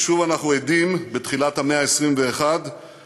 ושוב אנחנו עדים בתחילת המאה ה-21 לרעידת